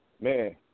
man